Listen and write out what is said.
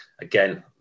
again